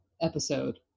episode